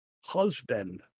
husband